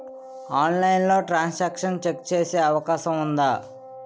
ఆన్లైన్లో transaction check చేసే అవకాశం ఉందా?